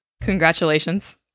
Congratulations